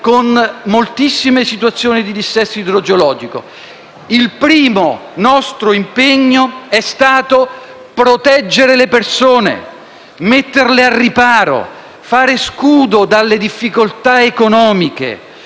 con moltissime situazioni di dissesto idrogeologico. Il primo nostro impegno è stato proteggere le persone, metterle al riparo e fare scudo dalle difficoltà economiche.